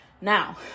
Now